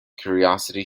curiosity